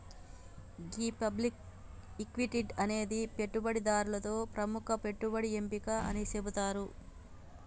గీ public equity అనేది పెట్టుబడిదారులతో ప్రముఖ పెట్టుబడి ఎంపిక అని సెబుతారు